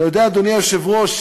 אתה יודע, אדוני היושב-ראש,